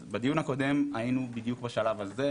אז בדיון הקודם היינו בדיוק בשלב הזה,